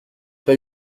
pas